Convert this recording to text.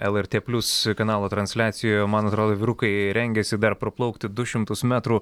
lrt plius kanalo transliacijoj man atrodo vyrukai rengiasi dar praplaukti du šimtus metrų